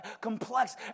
complex